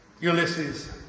Ulysses